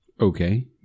Okay